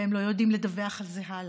והם לא יודעים לדווח על זה הלאה.